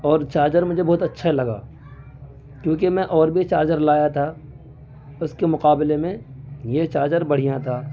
اور چارجر مجھے بہت اچّھا لگا کیونکہ میں اور بھی چارجر لایا تھا اس کے مقابلہ میں یہ چارجر بڑھیا تھا